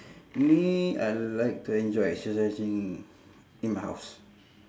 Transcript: me I like to enjoy exercising in my house